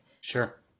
Sure